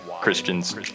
Christians